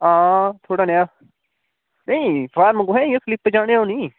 हां थोह्ड़ा नेहा नेईं फार्म कुत्थैं इक स्लिप जान गै होनी